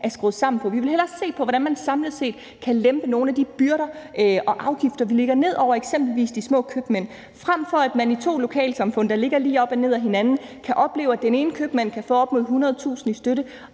er skruet sammen på. Vi vil hellere se på, hvordan man samlet set kan lempe nogle af de byrder og afgifter, vi lægger ned over eksempelvis de små købmænd, frem for at man i to lokalsamfund, der ligger lige op og ned ad hinanden, kan opleve, at den ene købmand kan få op imod 100.000 kr. i støtte,